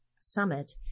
summit